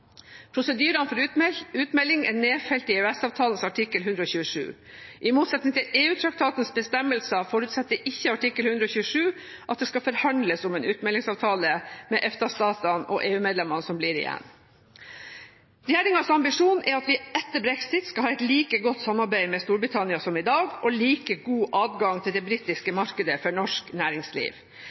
Prosedyrene for utmelding er nedfelt i EØS-avtalens artikkel 127. I motsetning til EU-traktatens bestemmelser forutsetter ikke artikkel 127 at det skal forhandles om en utmeldingsavtale med EFTA-statene og EU-medlemmene som blir igjen. Regjeringens ambisjon er at vi etter brexit skal ha et like godt samarbeid med Storbritannia som i dag, og like god adgang til det britiske markedet for norsk næringsliv.